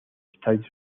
estadios